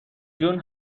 جون